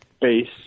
base